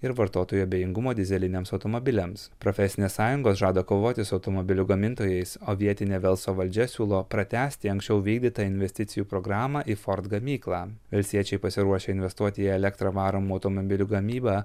ir vartotojų abejingumo dyzeliniams automobiliams profesinės sąjungos žada kovoti su automobilių gamintojais o vietinė velso valdžia siūlo pratęsti anksčiau vykdytą investicijų programą į ford gamyklą velsiečiai pasiruošę investuoti į elektra varomų automobilių gamybą